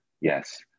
yes